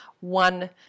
one